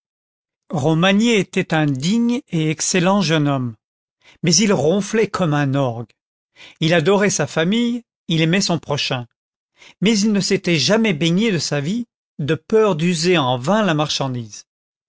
romagné était un digne et excellent jeune homme mais il ronflait comme un orgue il adorait sa famille il aimait son prochain mais il ne s'était jamais baigné de sa vie de peur d'user en vain la marchandise